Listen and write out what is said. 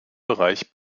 bereich